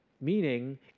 meaning